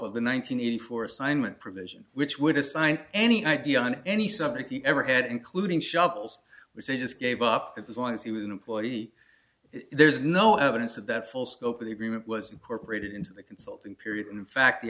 hundred eighty four assignment provision which would assign any idea on any subject you ever had including shovels would say just gave up that as long as he was an employee there's no evidence of that full scope of the agreement was incorporated into the consulting period and in fact the